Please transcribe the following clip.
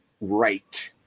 right